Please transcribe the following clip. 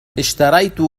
اشتريت